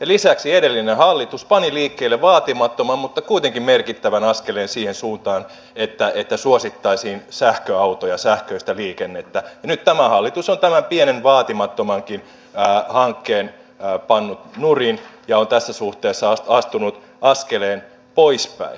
lisäksi edellinen hallitus pani liikkeelle vaatimattoman mutta kuitenkin merkittävän askeleen siihen suuntaan että suosittaisiin sähköautoja sähköistä liikennettä ja nyt tämä hallitus on tämän pienen vaatimattomankin hankkeen pannut nurin ja on tässä suhteessa astunut askeleen poispäin